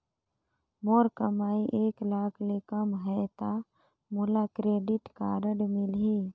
मोर कमाई एक लाख ले कम है ता मोला क्रेडिट कारड मिल ही?